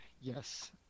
Yes